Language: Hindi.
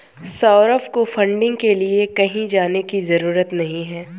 सौरभ को फंडिंग के लिए कहीं जाने की जरूरत नहीं है